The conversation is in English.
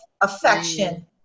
affection